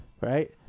Right